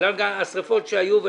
בגלל השריפות שהיו.